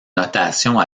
notation